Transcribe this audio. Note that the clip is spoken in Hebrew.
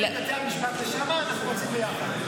תצמידי את בתי המשפט לשם, אנחנו נצביע יחד.